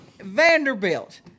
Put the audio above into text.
Vanderbilt